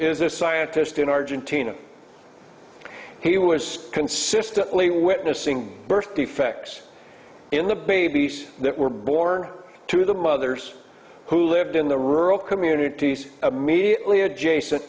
is a scientist in argentina he was consistently witnessing birth defects in the babies that were born to the mothers who lived in the rural communities immediately adjacent